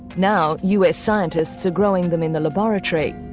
now us scientists are growing them in the laboratory.